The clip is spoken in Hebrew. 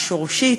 השורשית,